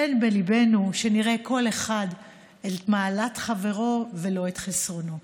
תן בליבנו שנראה כל אחד את מעלת חברו ולא את חסרונו.